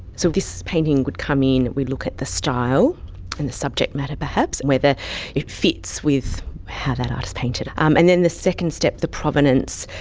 so this painting would come in, we look at the style and the subject matter perhaps, whether it fits with what how that artists painted. um and then the second step, the provenance,